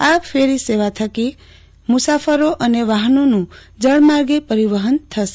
આ ફેરી સેવા થકી મુસાફરો અને વાહનોનું જળમાર્ગે પરિવહન થશે